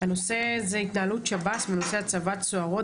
הנושא זה התנהלות שב"ס בנושא הצבת סוהרות